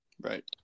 Right